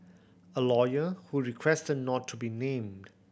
a lawyer who requested not to be named